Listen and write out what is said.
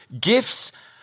Gifts